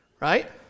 right